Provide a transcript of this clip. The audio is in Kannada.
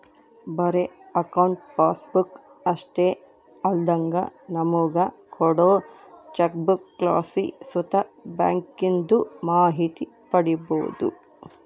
ಬರೇ ಅಕೌಂಟ್ ಪಾಸ್ಬುಕ್ ಅಷ್ಟೇ ಅಲ್ದಂಗ ನಮುಗ ಕೋಡೋ ಚೆಕ್ಬುಕ್ಲಾಸಿ ಸುತ ಬ್ಯಾಂಕಿಂದು ಮಾಹಿತಿ ಪಡೀಬೋದು